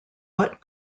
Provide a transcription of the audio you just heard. what